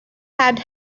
had